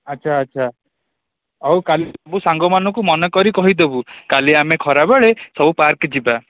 ଆଚ୍ଛା ଆଚ୍ଛା ଆଉ କାଲି ସବୁ ସାଙ୍ଗମାନଙ୍କୁ ମନେକରି କହିଦେବୁ କାଲି ଆମେ ଖରାବେଳେ ସବୁ ପାର୍କ ଯିବା